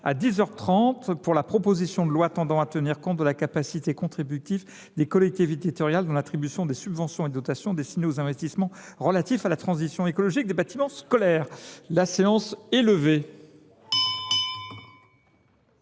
à seize heures : Proposition de loi tendant à tenir compte de la capacité contributive des collectivités territoriales dans l’attribution des subventions et dotations destinées aux investissements relatifs à la transition écologique des bâtiments scolaires, présentée